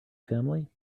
family